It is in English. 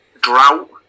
drought